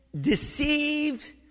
deceived